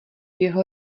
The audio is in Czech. jeho